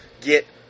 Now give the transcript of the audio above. get